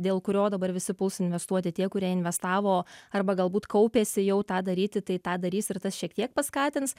dėl kurio dabar visi puls investuoti tie kurie investavo arba galbūt kaupėsi jau tą daryti tai tą darys ir tas šiek tiek paskatins